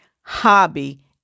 hobby